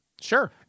sure